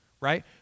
right